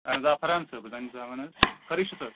اَہَن حظ آ فرہان صٲب اَہَن حظ ؤِنِو حظ خٲرٕے چھُسا